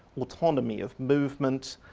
autonomy of movement,